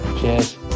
cheers